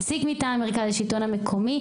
נציג מטעם מרכז שלטון מקומי,